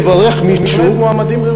באמת מועמדים ראויים.